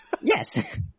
Yes